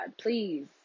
please